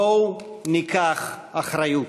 בואו ניקח אחריות,